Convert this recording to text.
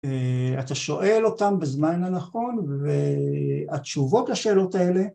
אתה שואל אותם בזמן הנכון והתשובות לשאלות האלה